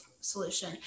solution